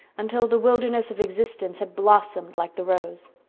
until the wilderness of existence had blossomed like the rose.